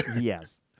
Yes